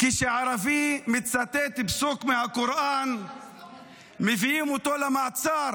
כשערבי מצטט פסוק מהקוראן מביאים אותו למעצר.